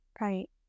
right